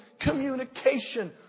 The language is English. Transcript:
communication